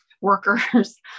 workers